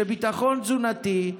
לביטחון תזונתי,